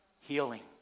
Healing